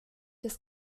des